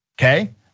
okay